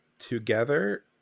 together